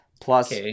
plus